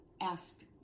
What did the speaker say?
ask